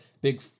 big